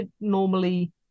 normally